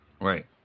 Right